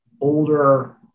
older